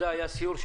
בהתאם.